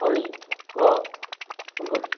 ঐ ক ফোন কৰি